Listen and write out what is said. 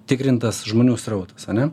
tikrintas žmonių srautas ane